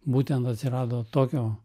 būtent atsirado tokio